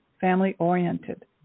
family-oriented